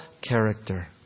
character